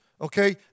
okay